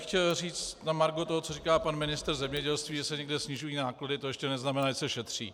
Chtěl bych říct na margo toho, co říká pan ministr zemědělství že se někde snižují náklady, to ještě neznamená, že se šetří.